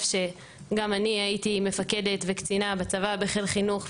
שגם אני הייתי מפקדת וקצינה בצבא בחיל חינוך,